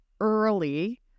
early